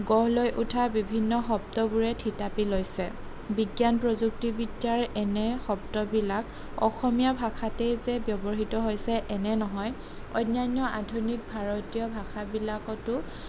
গঢ় লৈ উঠা বিভিন্ন শব্দবোৰে থিতাপি লৈছে বিজ্ঞান প্ৰযুক্তিবিদ্যাৰ এনে শব্দবিলাক অসমীয়া ভাষাতেই যে ব্যৱহৃত হৈছে এনে নহয় অন্যান্য আধুনিক ভাৰতীয় ভাষাবিলাকতো